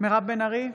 מירב בן ארי,